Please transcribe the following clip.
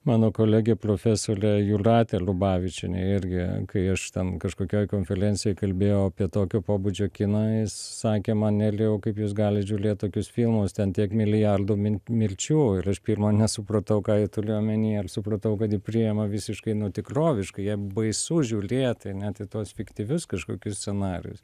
mano kolegė profesolė jūratė lubavičienė irgi kai aš ten kažkokioj konfelencijoj kalbėjau apie tokio pobūdžio kiną ji sakė man nelijau kaip jūs galit žiūlėt tokius filmus ten tiek milijardų min mirčių ir aš pirma nesupratau ką ji tuli omenyje ir supratau kad ji priima visiškai nu tikroviškai jai baisu žiūlėti net į tuos fiktyvius kažkokius scenarijus